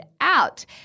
out